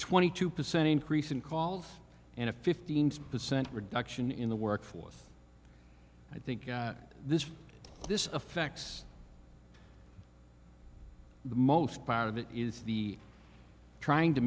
twenty two percent increase in calls and a fifteen percent reduction in the workforce i think this this affects the most part of it is the trying to